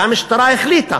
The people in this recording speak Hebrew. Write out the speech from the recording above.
המשטרה החליטה